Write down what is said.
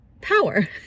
power